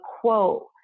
quote